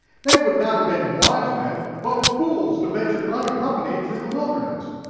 they would not have been wise men, but fools, to venture unaccompanied through the wilderness.